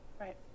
Right